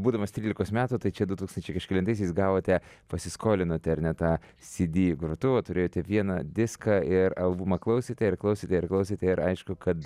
būdamas trylikos metų tai čia du tūkstančiai kažkelintaisiais gavote pasiskolinote ar ne tą cd grotuvą turėjote vieną diską ir albumą klausėte ir klausėte ir klausėte ir aišku kad